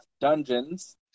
Dungeons